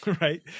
right